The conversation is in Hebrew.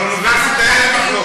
נו, אבל על האוניברסיטה אין מחלוקת.